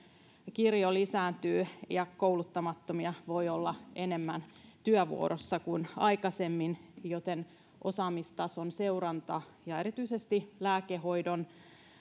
kirjo lisääntyy ja kouluttamattomia voi olla enemmän työvuorossa kuin aikaisemmin joten osaamistason seuranta ja erityisesti lääkehoidon